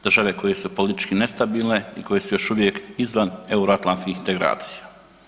Države koje su politički nestabilne i koje su još uvijek izvan euroatlanskih integracija.